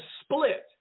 split